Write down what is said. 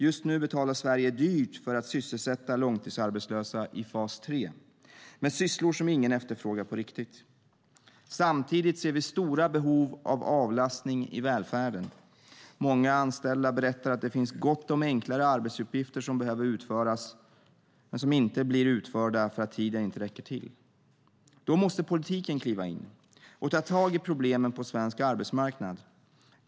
Just nu betalar Sverige dyrt för att sysselsätta långtidsarbetslösa i fas 3, med sysslor som ingen efterfrågar på riktigt. Samtidigt ser vi stora behov av avlastning i välfärden. Många anställda berättar att det finns gott om enklare arbetsuppgifter som behöver utföras men som inte blir utförda för att tiden inte räcker till. Då måste politiken kliva in och ta tag i problemen på svensk arbetsmarknad.